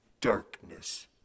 darkness